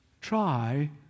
try